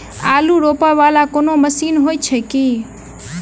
आलु रोपा वला कोनो मशीन हो छैय की?